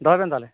ᱫᱚᱦᱚᱭ ᱵᱮᱱ ᱛᱟᱦᱚᱞᱮ